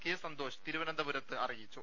K Santhosh തിരുവനന്തപു രത്ത് അറിയിച്ചു